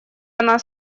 она